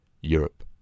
Europe